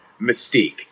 mystique